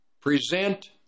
present